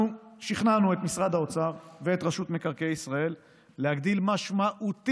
אנחנו שכנענו את משרד האוצר ואת רשות מקרקעי ישראל להגדיל משמעותית